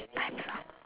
time's up